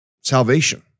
salvation